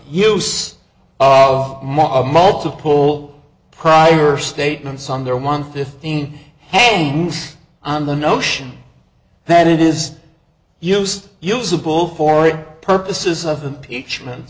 use of multiple prior statements on their one fifteen hangs on the notion that it is used usable for purposes of the